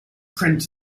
print